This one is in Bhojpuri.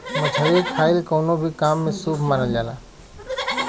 मछरी खाईल कवनो भी काम में शुभ मानल जाला